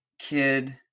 kid